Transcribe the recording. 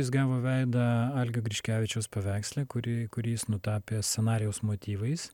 jis gavo veidą algio griškevičiaus paveiksle kurį kurį jis nutapė scenarijaus motyvais